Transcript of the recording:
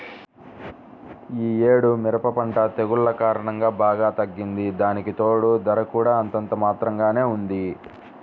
యీ యేడు మిరప పంట తెగుల్ల కారణంగా బాగా తగ్గింది, దానికితోడూ ధర కూడా అంతంత మాత్రంగానే ఉంది